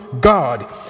God